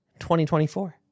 2024